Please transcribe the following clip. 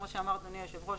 כמו שאמר אדוני היושב-ראש,